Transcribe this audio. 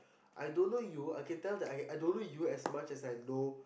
I don't know you I can tell that I I don't know you as much as I know